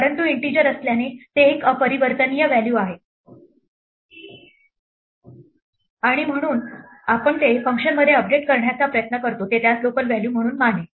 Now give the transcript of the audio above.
परंतु इन्टिजर असल्याने ते एक अपरिवर्तनीय व्हॅल्यू आहे आणि म्हणून आपण ते फंक्शनमध्ये अपडेट करण्याचा प्रयत्न करतो ते त्यास लोकल व्हॅल्यू म्हणून मानेल